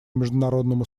международному